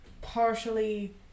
partially